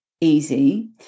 easy